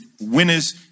winners